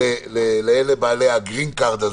לבעלי הכרטיס הירוק.